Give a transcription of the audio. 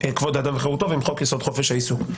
כבוד האדם וחירותו, ועם חוק-יסוד: חופש העיסוק.